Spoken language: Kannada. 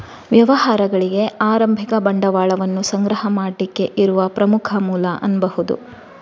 ವ್ಯವಹಾರಗಳಿಗೆ ಆರಂಭಿಕ ಬಂಡವಾಳವನ್ನ ಸಂಗ್ರಹ ಮಾಡ್ಲಿಕ್ಕೆ ಇರುವ ಪ್ರಮುಖ ಮೂಲ ಅನ್ಬಹುದು